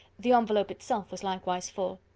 the envelope itself was likewise full.